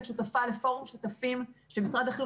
את שותפה לפורום שותפים שמשרד החינוך